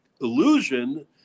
illusion